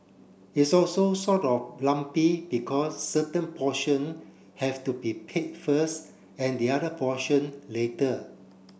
it's also sort of lumpy because certain portion have to be paid first and the other portion later